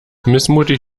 missmutig